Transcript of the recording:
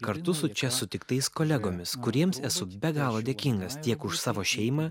kartu su čia sutiktais kolegomis kuriems esu be galo dėkingas tiek už savo šeimą